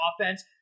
offense